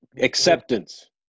Acceptance